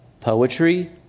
poetry